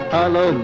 Hello